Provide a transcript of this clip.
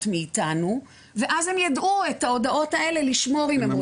מאיתנו ואז הם ידעו את ההודעות האלה לשמור אם הם רוצים.